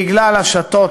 בגלל השתות